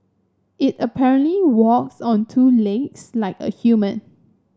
it apparently walks on two legs like a human